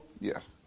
Yes